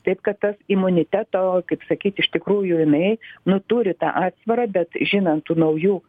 taip kad tas imuniteto kaip sakyt iš tikrųjų jinai nu turi tą atsvarą bet žinant tų naujų